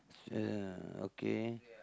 uh okay